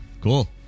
cool